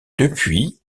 depuis